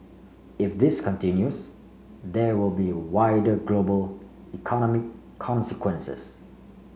if this continues there would be wider global economic consequences